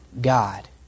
God